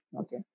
okay